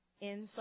inside